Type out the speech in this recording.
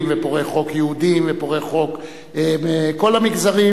ופורעי חוק יהודים ופורעי חוק מכל המגזרים,